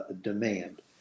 demand